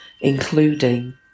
including